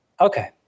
Okay